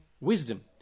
wisdom